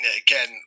again